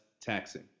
taxing